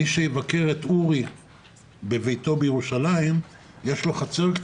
מי שיבקר את אורי בביתו בירושלים יראה,